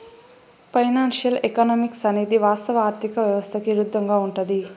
financial economics అనేది వాస్తవ ఆర్థిక వ్యవస్థకి ఇరుద్దంగా ఉంటది